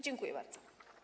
Dziękuję bardzo.